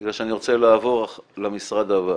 בגלל שאני רוצה לעבור למשרד הבא.